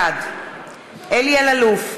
בעד אלי אלאלוף,